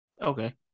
okay